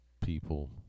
people